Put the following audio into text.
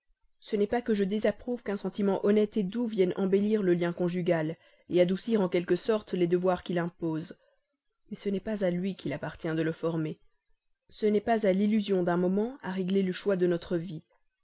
ce n'est pas que je désapprouve qu'un sentiment honnête doux vienne embellir le lien conjugal adoucir en quelque sorte les devoirs qu'il impose mais ce n'est pas à lui qu'il appartient de le former ce n'est pas à l'illusion d'un moment à régler le choix de toute notre vie